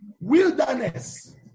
Wilderness